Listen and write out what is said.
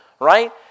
right